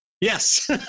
Yes